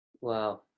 Wow